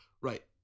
Right